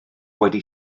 wedi